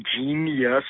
genius